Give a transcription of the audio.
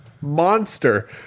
Monster